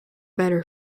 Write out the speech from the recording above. better